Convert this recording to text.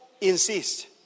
insist